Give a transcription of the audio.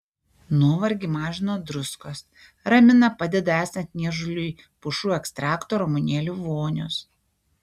nuovargį mažina druskos ramina padeda esant niežuliui pušų ekstrakto ramunėlių vonios